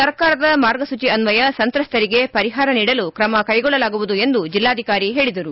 ಸರ್ಕಾರದ ಮಾರ್ಗಸೂಚಿ ಅನ್ವಯ ಸಂತ್ರಸ್ಥರಿಗೆ ಪರಿಹಾರ ನೀಡಲು ಕ್ರಮ ಕೈಗೊಳ್ಳಲಾಗುವುದು ಎಂದು ಜಿಲ್ಲಾಧಿಕಾರಿ ಹೇಳಿದರು